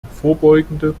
vorbeugende